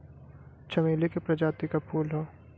चमेली के प्रजाति क फूल हौ